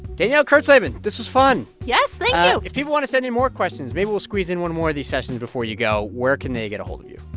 danielle kurtzleben, this was fun yes. thank you so if people want to send in more questions, maybe we'll squeeze in one more of these sessions before you go. where can they get ahold of you?